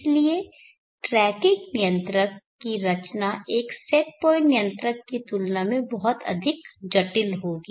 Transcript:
इसलिए ट्रैकिंग नियंत्रक की रचना एक सेट पॉइंट नियंत्रक की तुलना में बहुत अधिक जटिल होगी